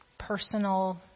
personal